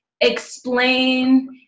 explain